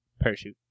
Parachute